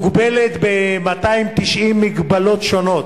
מוגבלת ב-290 מגבלות שונות.